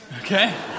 okay